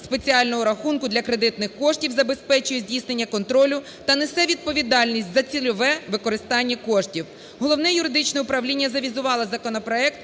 спеціального рахунку для кредитних коштів забезпечує здійснення контролю та несе відповідальність за цільове використання коштів. Головне юридичне управління завізувало законопроект